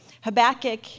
Habakkuk